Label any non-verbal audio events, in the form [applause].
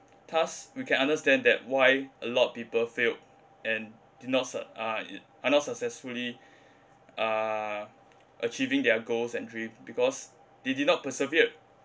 thus we can understand that why a lot of people failed and did not su~ [noise] are not successfully uh achieving their goals and dream because they did not persevered